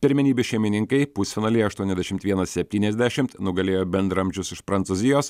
pirmenybių šeimininkai pusfinalyje aštuoniasdešim vienas septyniasdešim nugalėjo bendraamžius iš prancūzijos